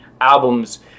albums